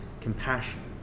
compassion